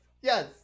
Yes